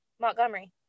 Montgomery